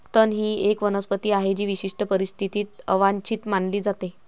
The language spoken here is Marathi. तण ही एक वनस्पती आहे जी विशिष्ट परिस्थितीत अवांछित मानली जाते